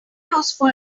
useful